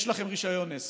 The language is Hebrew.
יש לכם רישיון עסק.